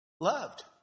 loved